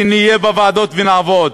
שנהיה בוועדות ונעבוד.